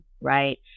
right